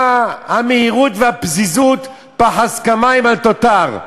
מה המהירות והפזיזות, "פחז כמים אל תותר"